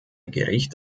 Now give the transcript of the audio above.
gericht